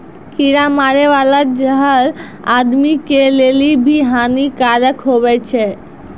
कीड़ा मारै बाला जहर आदमी के लेली भी हानि कारक हुवै छै